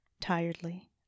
Tiredly